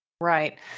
Right